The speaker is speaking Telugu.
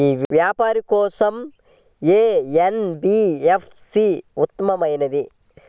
వ్యాపారం కోసం ఏ ఎన్.బీ.ఎఫ్.సి ఉత్తమమైనది?